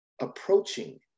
approaching